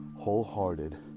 wholehearted